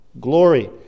glory